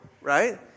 right